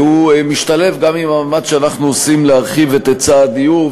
והוא משתלב גם במאמץ שאנחנו עושים להרחיב את היצע הדיור,